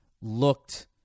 looked